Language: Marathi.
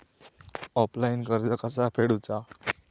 ऑफलाईन कर्ज कसा फेडूचा?